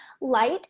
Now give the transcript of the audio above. light